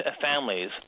families